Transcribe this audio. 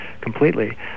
completely